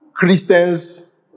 Christians